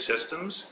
systems